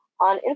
on